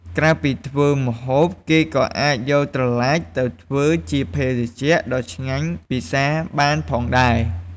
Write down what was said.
ក្រៅពីធ្វើម្ហូប គេក៏អាចយកត្រឡាចទៅធ្វើជាភេសជ្ជៈដ៏ឆ្ងាញ់ពិសាបានផងដែរ។